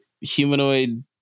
humanoid